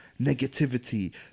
negativity